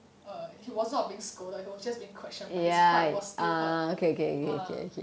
err he was not being scolded he was just being questioned but his pride was still hurt